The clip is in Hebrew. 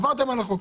עברתם על החוק.